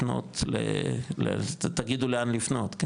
לפנות ל- תגידו לאן לפנות.